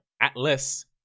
Atlas